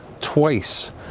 twice